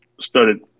started